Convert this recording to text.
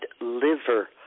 liver